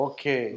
Okay